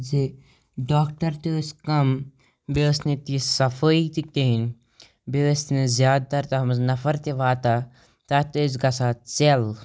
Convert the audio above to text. زِ ڈاکٹر تہِ ٲسۍ کَم بیٚیہِ ٲس نہٕ تِژھ صفٲیی تہِ کِہیٖنۍ بیٚیہِ ٲسۍ نہٕ زیادٕتر تَتھ منٛز نفر تہِ واتان تَتھ ٲسۍ گژھان ژٮ۪ل